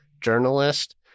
journalist